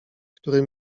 który